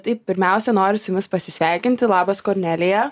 tai pirmiausia noriu su jumis pasisveikinti labas kornelija